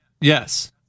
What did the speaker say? Yes